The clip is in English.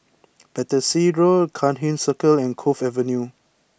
Battersea Road Cairnhill Circle and Cove Avenue